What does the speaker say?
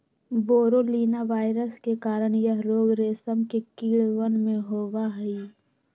बोरोलीना virus के कारण यह रोग रेशम के कीड़वन में होबा हई